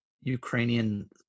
Ukrainian